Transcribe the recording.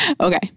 Okay